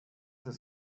the